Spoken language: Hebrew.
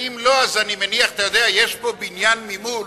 ואם לא, אז אני מניח, אתה יודע, יש פה בניין ממול